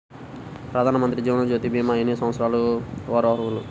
ప్రధానమంత్రి జీవనజ్యోతి భీమా ఎన్ని సంవత్సరాల వారు అర్హులు?